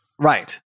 Right